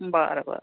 बरं बरं